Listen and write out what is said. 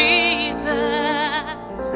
Jesus